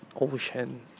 ocean